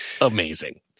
amazing